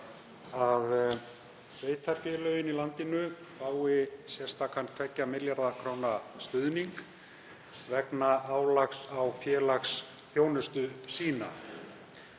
að sveitarfélögin í landinu fái sérstakan 2 milljarða kr. stuðning vegna álags á félagsþjónustu sína.